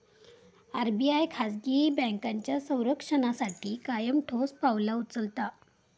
RBI खाजगी बँकांच्या संरक्षणासाठी कायम ठोस पावला उचलता